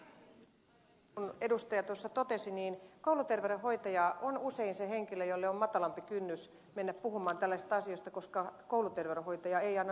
niin kuin edustaja tuossa totesi kouluterveydenhoitaja on usein se henkilö jolle on matalampi kynnys mennä puhumaan tällaisista asioista koska kouluterveydenhoitaja ei anna numeroita